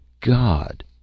God